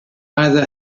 either